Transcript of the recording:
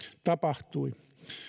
tapahtui